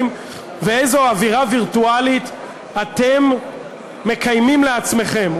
ואיזו אווירה וירטואלית אתם מקיימים לעצמכם,